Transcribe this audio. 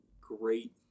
great